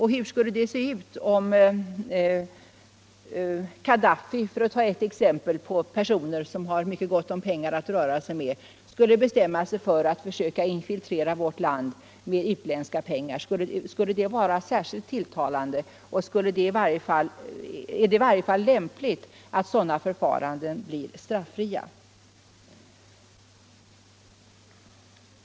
Hur skulle det se ut om Kadaffi — för att ta ett exempel på personer som har mycket pengar att röra sig med — skulle försöka infiltrera vårt land med utländska pengar? Skulle det vara särskilt tilltalande? Och är det lämpligt att sådant kan genomföras straffritt?